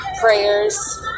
prayers